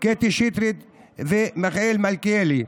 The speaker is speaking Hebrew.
קטי שטרית ומיכאל מלכיאלי.